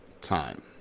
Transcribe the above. time